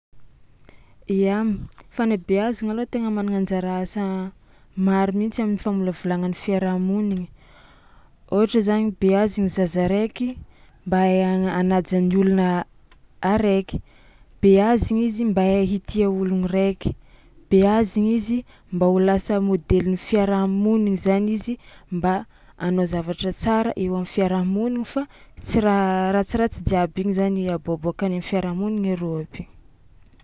Ia, fanabeazagna alôha tegna managna anjara asa maro mihitsy am'famolavolagna ny fiarahamonigny ôhatra zany beazigny zaza raiky mba hahay hagna- hanaja ny olona araiky, beazigny izy mba hahay hitia ologno raiky, beazigny izy mba ho lasa môdelin'ny fiarahamonigny zany izy mba hanao zavatra tsara eo am'fiarahamonigny fa tsy raha ratsiratsy jiaby igny zany aboàboàka any am'fiarahamonigny arô aby.